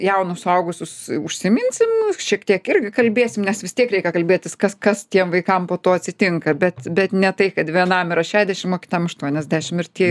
jaunus suaugusius užsiminsim šiek tiek irgi kalbėsim nes vis tiek reikia kalbėtis kas kas tiem vaikam po to atsitinka bet bet ne tai kad vienam yra šedešim o kitam aštuoniasdešim ir tie